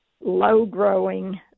low-growing